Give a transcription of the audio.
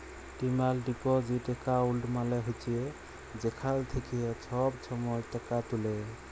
demand deposit account মালে হছে যেখাল থ্যাইকে ছব ছময় টাকা তুলে